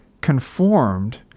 conformed